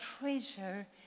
treasure